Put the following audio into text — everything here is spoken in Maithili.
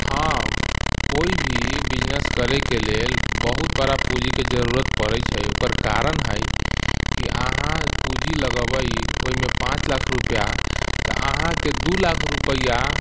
हँ कोइ भी बिजनेस करैके लेल बहुत बड़ा पूँजीके जरूरत पड़ै छै ओकर कारण है की अहाँ पूँजी लगेबै ओइमे पाँच लाख रूपैआ तऽ अहाँके दू लाख रूपैआ